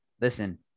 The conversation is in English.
Listen